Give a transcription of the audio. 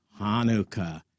Hanukkah